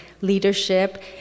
leadership